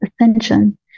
ascension